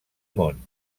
món